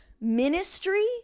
ministry